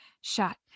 shot